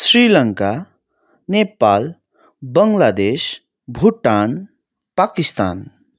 Sri Lanka Nepal Bangladesh Bhutan Pakistan